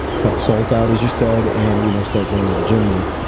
cut salt out as you said, and you know start going to the gym more.